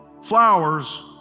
flowers